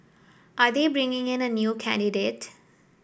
are they bringing in a new candidate